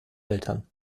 eltern